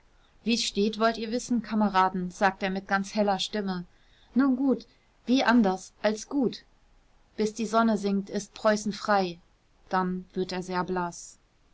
wie's steht wollt ihr wissen kameraden sagte er mit ganz heller stimme nun gut wie anders als gut bis die sonne sinkt ist preußen frei dann wird er sehr blaß